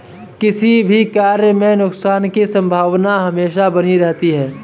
किसी भी कार्य में नुकसान की संभावना हमेशा बनी रहती है